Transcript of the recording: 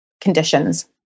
conditions